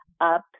up